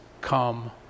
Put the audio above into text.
come